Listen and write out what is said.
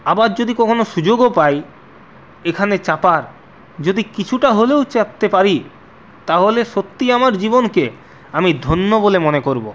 আবার যদি কখনো সুযোগও পাই এখানে চাপার যদি কিছুটা হলেও চাপতে পারি তাহলে সত্যি আমার জীবনকে আমি ধন্য বলে মনে করবো